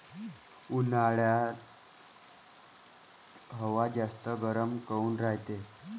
उन्हाळ्यात हवा जास्त गरम काऊन रायते?